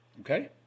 Okay